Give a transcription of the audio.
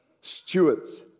Stewards